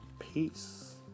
Peace